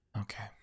Okay